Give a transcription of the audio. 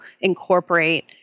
incorporate